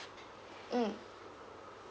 mm